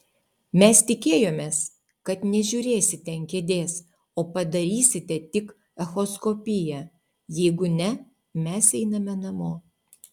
mes tikėjomės kad nežiūrėsite ant kėdės o padarysite tik echoskopiją jeigu ne mes einame namo